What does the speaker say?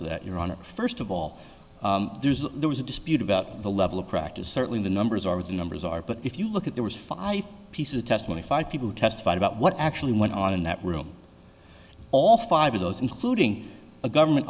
to that your honor first of all there's a there was a dispute about the level of practice certainly the numbers are the numbers are but if you look at there was five pieces of testimony five people testified about what actually went on in that room all five of those including a government